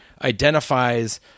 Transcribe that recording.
identifies